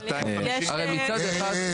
הרי מצד אחד.